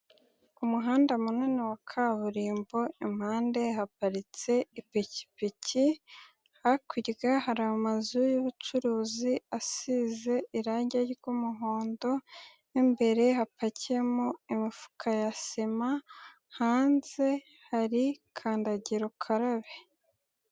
Ku muhanda munini wa kaburimbo impande haparitse ipikipiki, hakurya hari amazu y'ubucuruzi asize irange ry'umuhondo, mo imbere hapakiyemo imifuka ya sima, hanze hari kandagira ukarabe.